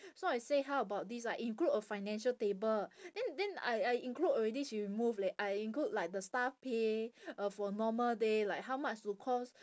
so I say how about this I include a financial table then then I I include already she remove leh I include like the staff pay uh for normal day like how much would cost